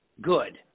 good